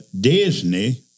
Disney